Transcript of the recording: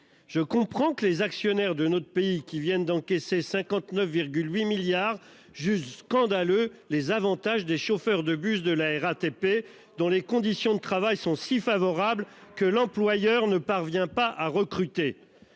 Je comprends que les actionnaires de notre pays- mais pas tous -, qui viennent d'encaisser 59,8 milliards d'euros, jugent scandaleux les avantages des chauffeurs de bus de la RATP, dont les conditions de travail sont si favorables que leur employeur ne parvient plus à recruter